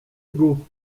égaux